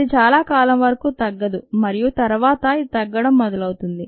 ఇది చాలా కాలం వరకు తగ్గదు మరియు తరువాత ఇది తగ్గడం మొదలవుతుంది